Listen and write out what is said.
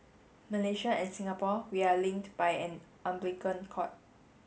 Malaysia and Singapore we are linked by an umbilical cord